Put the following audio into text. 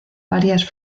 varias